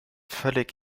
völlig